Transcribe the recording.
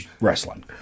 wrestling